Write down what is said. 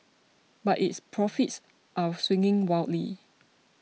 but its profits are swinging wildly